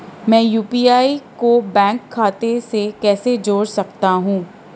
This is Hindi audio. मैं यू.पी.आई को बैंक खाते से कैसे जोड़ सकता हूँ?